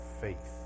faith